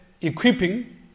equipping